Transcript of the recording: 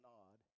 Nod